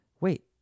Wait